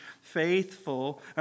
faithful